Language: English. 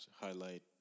highlight